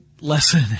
lesson